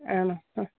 ആണോ ആ